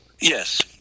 Yes